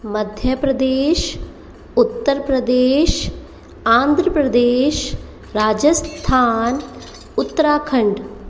Madhya Pradesh Uttar Pradesh Andhra Pradesh Rajasthan Uttarakhand